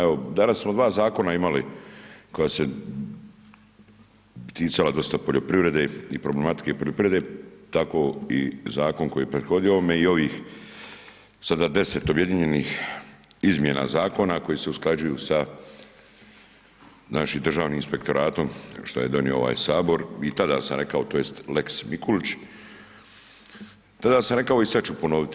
Evo danas smo dva Zakona imali koja se ticala dosta poljoprivrede i problematike poljoprivrede, tako i Zakon koji je prethodio ovome, i ovih sada deset objedinjenih izmjena Zakona koji se usklađuju sa našim Državnim inspektoratom, što je donio ovaj Sabor, i tada sam rekao to jest Lex Mikulić, tada sam rekao i sad ću ponovit.